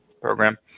program